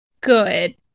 good